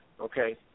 okay